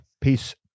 Peace